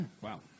Wow